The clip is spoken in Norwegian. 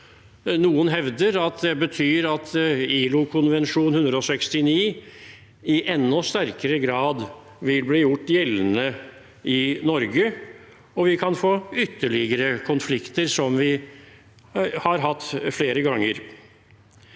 Noen hevder at det betyr at ILO-konvensjon nr. 169 i enda sterkere grad vil bli gjort gjeldende i Norge, og at vi kan få ytterligere konflikter, som vi har hatt flere ganger.